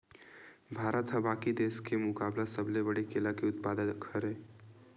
भारत हा बाकि देस के मुकाबला सबले बड़े केला के उत्पादक हरे